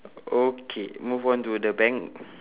okay move on to the bank